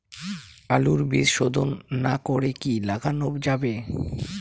আলুর বীজ শোধন না করে কি লাগানো যাবে?